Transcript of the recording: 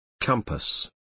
Compass